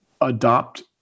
adopt